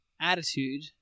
attitude